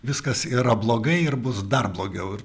viskas yra blogai ir bus dar blogiau